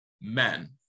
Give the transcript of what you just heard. men